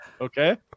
okay